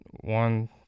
one